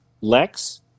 Lex